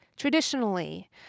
traditionally